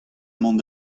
mont